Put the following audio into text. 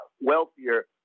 wealthier